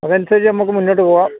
അതനുസരിച്ച് നമുക്ക് മുന്നോട്ട് പോകാം